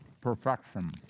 Perfection